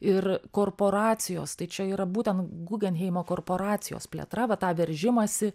ir korporacijos tai čia yra būtent gugenheimo korporacijos plėtra va tą veržimąsi